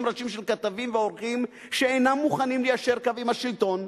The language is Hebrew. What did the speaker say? ראשים של כתבים ועורכים שאינם מוכנים ליישר קו עם השלטון,